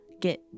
get